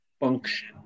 Function